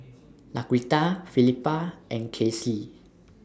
Laquita Felipa and Kaycee